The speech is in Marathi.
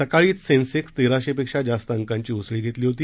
सकाळीच सेन्सेक्स तेराशेपेक्षा जास्त अंकांची उसळी घेतली होती